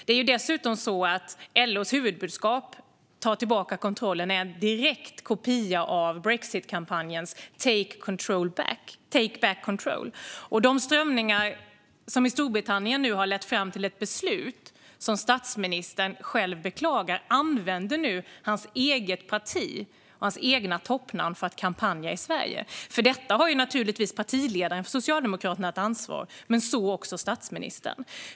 Det är dessutom så att LO:s huvudbudskap "Ta tillbaka kontrollen!" är en direkt kopia av brexitkampanjens "Take back control". De strömningar som i Storbritannien har lett fram till ett beslut som statsministern själv beklagar använder nu hans eget parti och hans egna toppnamn för att kampanja i Sverige. För detta har naturligtvis partiledaren för Socialdemokraterna ett ansvar, men så också statsministern.